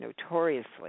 notoriously